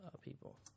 people